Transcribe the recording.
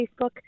Facebook